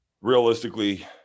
realistically